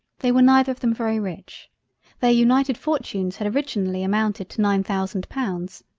they were neither of them very rich their united fortunes had originally amounted to nine thousand pounds,